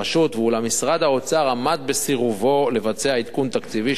אולם משרד האוצר עמד בסירובו לבצע עדכון תקציבי שיכול היה